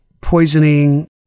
poisoning